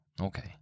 okay